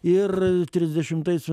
ir trisdešimtais